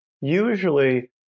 Usually